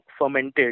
fermented